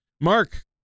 Mark